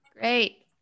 Great